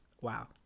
Wow